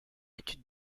étude